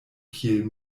kiel